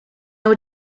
know